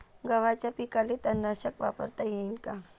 गव्हाच्या पिकाले तननाशक वापरता येईन का?